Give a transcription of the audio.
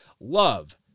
Love